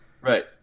right